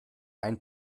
ein